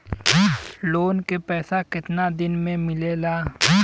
Loan के पैसा कितना दिन मे मिलेला?